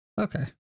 Okay